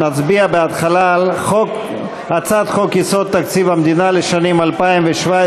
נצביע בהתחלה על הצעת חוק-יסוד: תקציב המדינה לשנים 2017